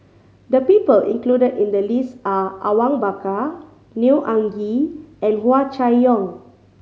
the people included in the list are Awang Bakar Neo Anngee and Hua Chai Yong